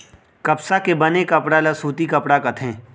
कपसा के बने कपड़ा ल सूती कपड़ा कथें